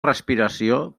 respiració